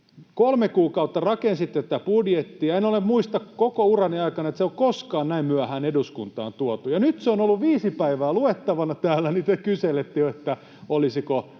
kolme kuukautta rakensitte tätä budjettia. En muista koko urani aikana, että se on koskaan näin myöhään eduskuntaan tuotu. Nyt se on ollut viisi päivää luettavana täällä, ja te kyselette jo, voisiko